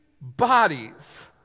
bodies